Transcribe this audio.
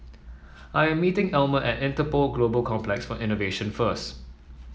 I am meeting Elmer at Interpol Global Complex for Innovation first